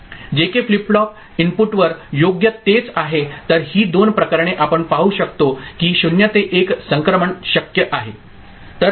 JK flip flop input वर योग्य तेच आहे तर ही दोन प्रकरणे आपण पाहू शकतो की 0 ते 1 संक्रमण शक्य आहे